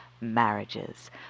marriages